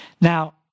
Now